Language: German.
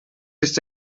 ist